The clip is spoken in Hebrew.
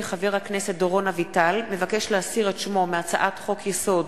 כי חבר הכנסת דורון אביטל מבקש להסיר את שמו מהצעת חוק-יסוד: